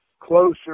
closer